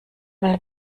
mal